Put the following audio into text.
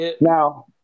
Now